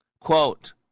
Quote